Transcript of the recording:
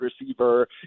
receiver